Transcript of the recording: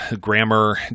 grammar